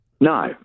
No